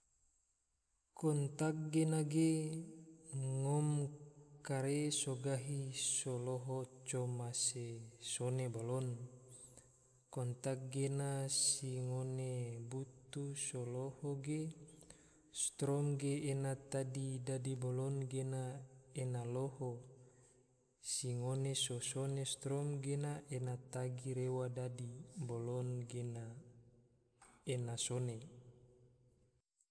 Kontak gena ge, ngom kare so gahi so loho coma se so sone balon, kontak gena si ngone butu so loho ge, strom ge ena tagi dadi balon gena ena loho, si ngone so sone strom gena, ena tagi rewa dadi balon gena ena sone